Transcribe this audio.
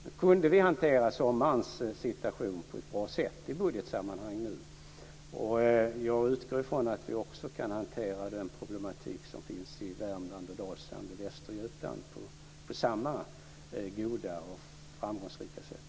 Nu kunde vi hantera sommarens situation på ett bra sätt i budgetsammanhang. Och jag utgår från att vi också kan hantera den problematik som finns i Värmland, Dalsland och Västergötland på samma goda och framgångsrika sätt.